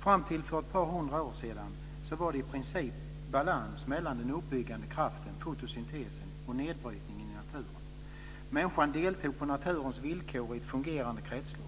Fram till för ett par hundra år sedan var det i princip balans mellan den uppbyggande kraften fotosyntesen och nedbrytningen i naturen. Människan deltog på naturens villkor i ett fungerande kretslopp.